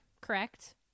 Correct